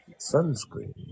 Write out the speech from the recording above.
Sunscreen